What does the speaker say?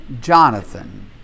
Jonathan